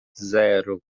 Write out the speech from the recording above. zero